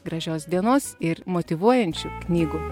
gražios dienos ir motyvuojančių knygų